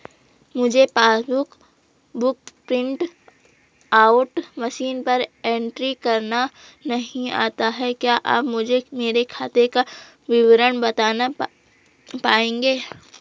मुझे passbook book print out मशीन पर एंट्री करना नहीं आता है क्या आप मुझे मेरे खाते का विवरण बताना पाएंगे?